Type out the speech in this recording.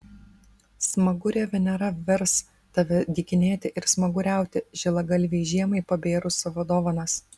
smagurė venera vers tave dykinėti ir smaguriauti žilagalvei žiemai pabėrus savo dovanas